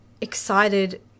excited